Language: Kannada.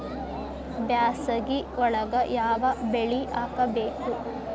ಬ್ಯಾಸಗಿ ಒಳಗ ಯಾವ ಬೆಳಿ ಹಾಕಬೇಕು?